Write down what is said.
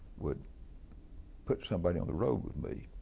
would put somebody on the road with me,